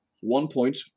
one-point